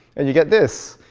and you get this.